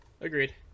Agreed